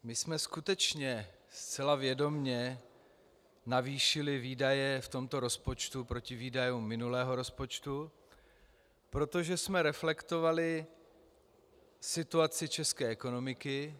My jsme skutečně zcela vědomě navýšili výdaje v tomto rozpočtu proti výdajům minulého rozpočtu, protože jsme reflektovali situaci české ekonomiky.